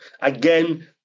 Again